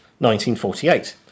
1948